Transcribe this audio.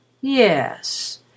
Yes